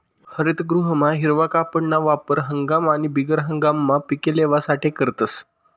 हरितगृहमा हिरवा कापडना वापर हंगाम आणि बिगर हंगाममा पिके लेवासाठे करतस